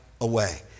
away